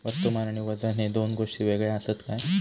वस्तुमान आणि वजन हे दोन गोष्टी वेगळे आसत काय?